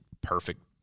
perfect